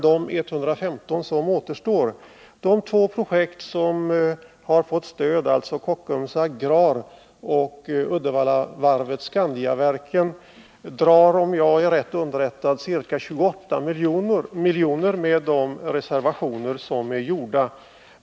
De två projekt som har fått stöd, Kockums Agrar och Uddevallavarvet Skandiaverken, drar om jag är rätt underrättad ca 28 milj.kr. med de reservationer som är gjorda.